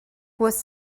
was